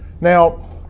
Now